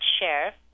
share